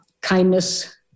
Kindness